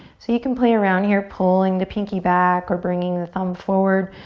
so you can play around here. pulling the pinky back or bringing the thumb forward.